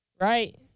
Right